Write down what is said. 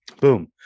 boom